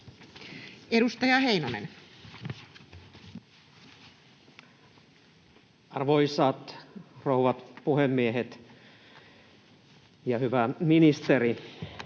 Edustaja Heinonen. Arvoisat rouva puhemiehet! Hyvä ministeri!